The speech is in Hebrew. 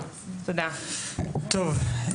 טוב,